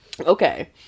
okay